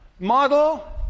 Model